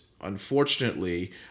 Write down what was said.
unfortunately